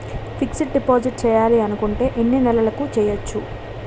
Fixed deposit చేయాలి అనుకుంటే ఎన్నే నెలలకు చేయొచ్చు?